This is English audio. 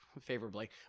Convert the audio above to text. favorably